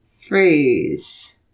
phrase